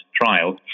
trial